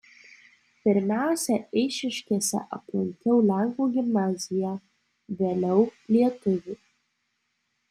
pirmiausia eišiškėse aplankiau lenkų gimnaziją vėliau lietuvių